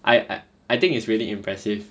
I I I think it's really impressive